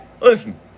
listen